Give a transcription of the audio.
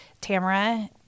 Tamara